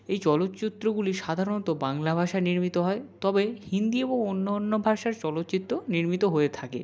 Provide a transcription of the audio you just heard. এই চলচ্চিত্রগুলি সাধারণত বাংলা ভাষায় নির্মিত হয় তবে হিন্দি এবং অন্য অন্য ভাষার চলচ্চিত্র নির্মিত হয়ে থাকে